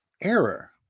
error